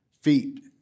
feet